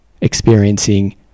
experiencing